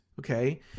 Okay